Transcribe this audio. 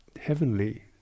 heavenly